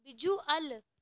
visual